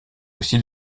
aussi